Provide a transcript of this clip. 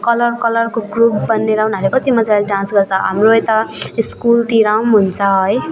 colour कलरको group बनेर उनीहरूले कति मजाले डान्स गर्छ हाम्रो यता स्कुलतिर हुन्छ है